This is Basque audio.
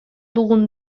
dugun